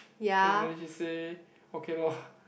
and then she say okay lor